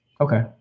Okay